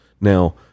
Now